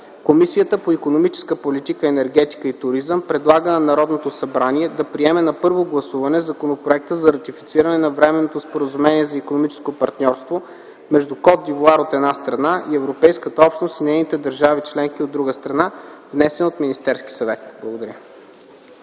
Комисията по икономическата политика, енергетика и туризъм предлага на Народното събрание да приеме на първо гласуване Законопроекта за ратифициране на Временното споразумение за икономическо партньорство между Кот д'Ивоар, от една страна, и Европейската общност и нейните държави-членки, от друга страна, внесен от Министерския съвет.” Благодаря.